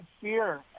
fear